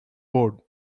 board